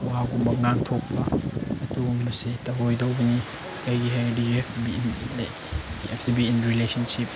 ꯋꯥꯒꯨꯝꯕ ꯉꯥꯡꯊꯣꯛꯄ ꯑꯗꯨꯒꯨꯝꯕꯁꯦ ꯇꯧꯔꯣꯏꯗꯧꯕꯅꯤ ꯀꯔꯤꯒꯤ ꯍꯥꯏꯔꯗꯤ you have to be in like you have to be in relationship